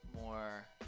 more